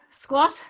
Squat